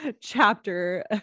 chapter